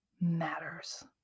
matters